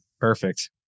perfect